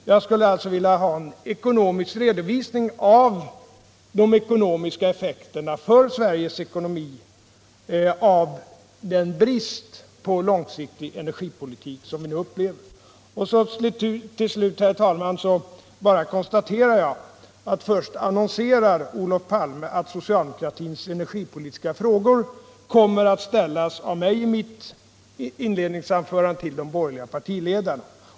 Själv skulle jag vilja få en redovisning av de ekonomiska effekterna för Sverige av den brist på långsiktig energipolitik som vi nu upplever. Till slut, herr talman, konstaterar jag bara att först annonserar Olof Palme att socialdemokratins energipolitiska frågor kommer att ställas av mig i mitt inledningsanförande till de borgerliga partiledarna.